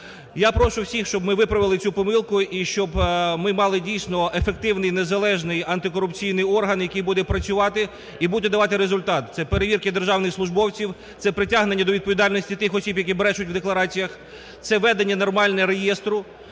Я прошу всіх, щоб ми виправили цю помилку, і щоб ми мали дійсно ефективний незалежний антикорупційний орган, який буде працювати і буде давати результат. Це перевірка державних службовців, це притягнення до відповідальності тих осіб, які брешуть в деклараціях, це ведення нормальне реєстру.